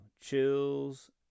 chills